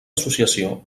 associació